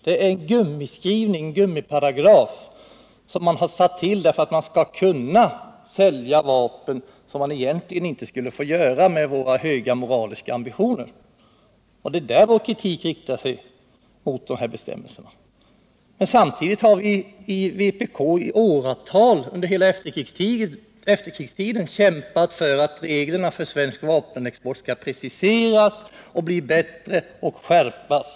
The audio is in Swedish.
Den passusen är en gummiparagraf, som man har satt in därför att man skall kunna sälja vapen, vilket man egentligen inte skulle få göra med våra höga moraliska ambitioner. Det är där vår kritik riktar sig mot de här bestämmelserna. Men samtidigt har vi i vänsterpartiet kommunisterna i åratal — under hela efterkrigstiden — kämpat för att reglerna för svensk vapenexport skall preciseras, förbättras och skärpas.